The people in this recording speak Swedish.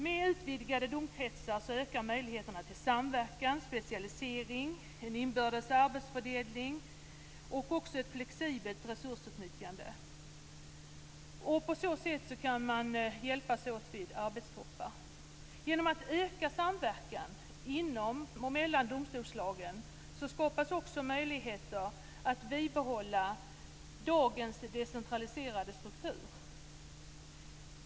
Med utvidgade domkretsar ökar möjligheterna till samverkan, specialisering, inbördes arbetsfördelning och också flexibelt resursutnyttjande. På så sätt kan man hjälpas åt vid arbetstoppar. Genom att man ökar samverkan inom och mellan domstolsslagen skapas också möjligheter att bibehålla dagens decentraliserade struktur.